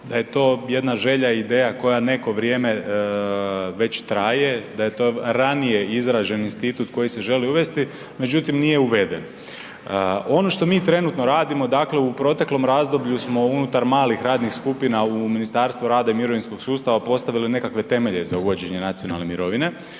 da je to jedna želja i ideja koja neko vrijeme već traje, da je to ranije izražen institut koji se želi uvesti, međutim nije uveden. Ono što mi trenutno radimo, dakle u protekom razdoblju smo unutar malih radnih skupina u Ministarstvu rada i mirovinskog sustava postavili nekakve temelje za uvođenje nacionalne mirovine,